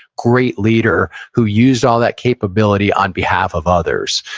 great leader, who used all that capability on behalf of others.